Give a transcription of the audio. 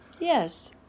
Yes